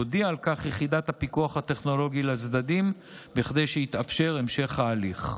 תודיע על כך יחידת הפיקוח הטכנולוגי לצדדים כדי שיתאפשר המשך ההליך.